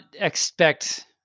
expect